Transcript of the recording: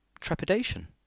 trepidation